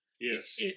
yes